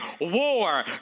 war